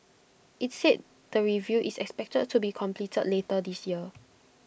IT said the review is expected to be completed later this year